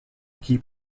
keep